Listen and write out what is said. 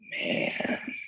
Man